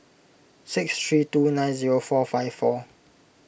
six three two nine zero four five four